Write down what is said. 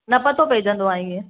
न पतो पवंदो आहे ईअं